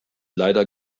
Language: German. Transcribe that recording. leider